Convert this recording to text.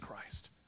Christ